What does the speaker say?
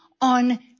on